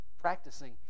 practicing